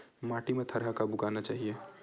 माटी मा थरहा कब उगाना चाहिए?